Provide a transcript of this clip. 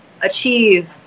achieve